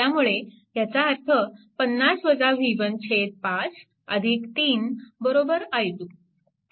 त्यामुळे ह्याचा अर्थ 5 3 i2